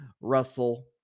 Russell